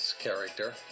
character